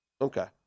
Okay